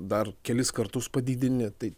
dar kelis kartus padidini tai